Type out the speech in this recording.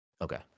okay